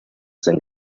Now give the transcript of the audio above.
send